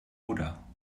oder